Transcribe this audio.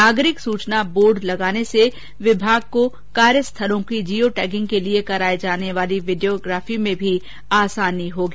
नागरिक सुचना बोर्ड लगाने से विभाग को कार्यस्थलों की जियो टैगिंग के लिए कराए जाने वाली फोटोग्राफी में भी आसानी होगी